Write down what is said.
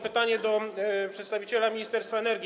Pytanie do przedstawiciela Ministerstwa Energii.